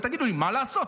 ותגידו לי: מה לעשות,